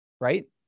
right